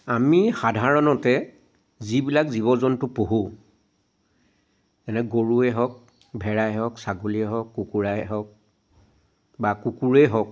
আমি সাধাৰণতে যিবিলাক জীৱ জন্তু পোহো যেনে গৰুৱে হওক ভেড়াই হওক ছাগলীয়ে হওক কুকুৰাই হওক বা কুকুৰে হওক